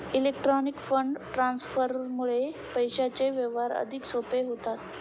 electronic fund ट्रान्सफरमुळे पैशांचे व्यवहार अधिक सोपे होतात